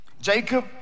Jacob